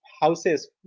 houses